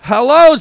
Hello